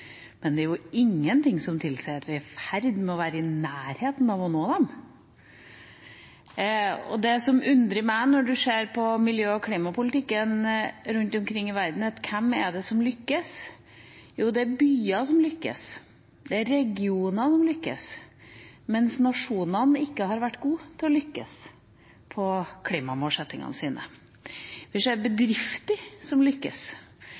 men det er ingenting som tilsier at vi er i ferd med å være i nærheten av å nå dem. Og det som undrer meg når man ser på miljø- og klimapolitikken rundt omkring i verden, er hvem som lykkes: Jo, det er byer som lykkes, det er regioner som lykkes, mens nasjonene ikke har vært gode til å lykkes med klimamålsettingene sine. Vi ser bedrifter som lykkes,